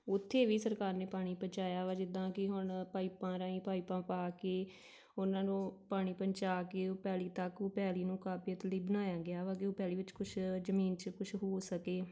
ਉੱਥੇ ਵੀ ਸਰਕਾਰ ਨੇ ਪਾਣੀ ਪਹੁੰਚਾਇਆ ਵਾ ਜਿੱਦਾਂ ਕਿ ਹੁਣ ਪਾਈਪਾਂ ਰਾਹੀਂ ਪਾਈਪਾਂ ਪਾ ਕੇ ਉਹਨਾਂ ਨੂੰ ਪਾਣੀ ਪਹੁੰਚਾ ਕੇ ਉਹ ਪੈਲੀ ਤੱਕ ਉਹ ਪੈਲੀ ਨੂੰ ਕਾਬਲੀਅਤ ਲਈ ਬਣਾਇਆ ਗਿਆ ਵਾ ਕੀ ਉਹ ਪੈਲੀ ਵਿੱਚ ਕੁਛ ਜ਼ਮੀਨ 'ਚ ਕੁਛ ਹੋ ਸਕੇ